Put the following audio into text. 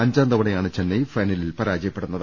അഞ്ചാം തവണയാണ് ചെന്നൈ ഫൈന ലിൽ പരാജയപ്പെടുന്നത്